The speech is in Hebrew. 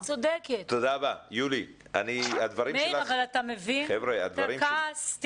נכון, היא צודקת, אבל מאיר, אתה מבין את הכעס?